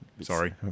sorry